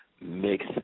Mix